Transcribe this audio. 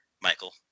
Michael